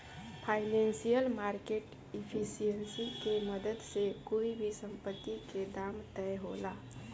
financial market efficiency के मदद से कोई भी संपत्ति के दाम तय होला